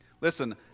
Listen